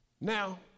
Now